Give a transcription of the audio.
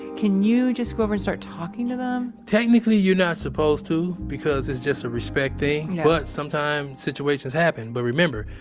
can you just go over and start talking to them? technically you're not supposed to, because it's just a respect thing. but sometimes situations happen. but remember,